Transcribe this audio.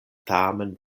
tamen